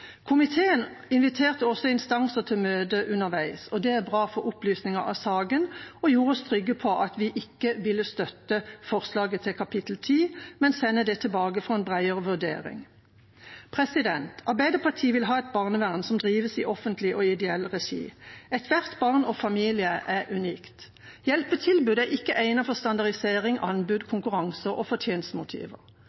Komiteen inviterte også instanser til møte underveis. Det var bra for opplysning av saken og gjorde oss trygge på at vi ikke ville støtte forslaget til endringer i kapittel 10, men sende det tilbake for en bredere vurdering. Arbeiderpartiet vil ha et barnevern som drives i offentlig og ideell regi. Ethvert barn og enhver familie er unik. Hjelpetilbud er ikke egnet for standardisering, anbud,